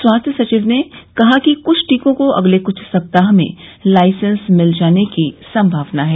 स्वास्थ्य सचिव ने कहा कि कुछ टीकों को अगले कुछ सप्ताह में लाइसेंस मिल जाने की संभावना है